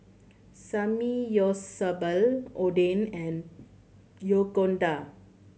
Samgyeopsal Oden and